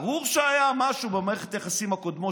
ברור שהיה משהו במערכות היחסים הקודמות